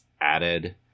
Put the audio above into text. added